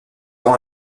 rend